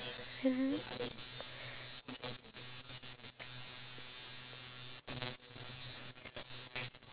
I feel like it will be more fair if I do research and then I look at um how the whole country is